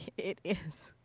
it is.